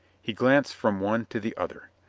he glanced from one to the other.